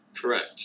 correct